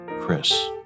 Chris